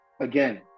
again